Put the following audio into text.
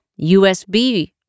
USB